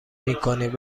میکنیم